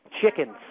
chickens